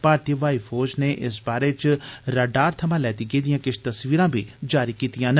भारतीय व्हाई फौज नै इस बारे च रडार थमां लैती गेदियां किश तस्वीरां बी जारी कीतियां न